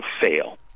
fail